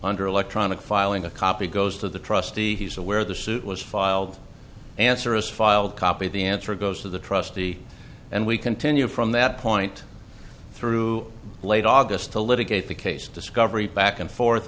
under electronic filing a copy goes to the trustee he's aware the suit was filed answer is filed copy the answer goes to the trustee and we continue from that point through late august to litigate the case discovery back and forth